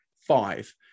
five